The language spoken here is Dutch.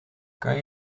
kan